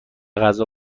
غذا